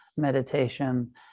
meditation